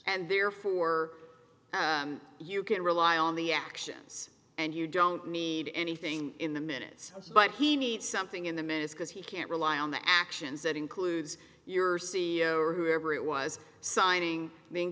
and therefore you can't rely on the actions and you don't need anything in the minutes but he needs something in the minutes because he can't rely on the actions that includes your see whoever it was signing the